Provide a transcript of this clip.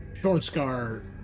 Shortscar